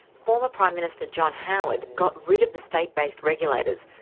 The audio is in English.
former prime minister john howard got rid of the state-based regulators,